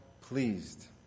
pleased